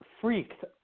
Freaked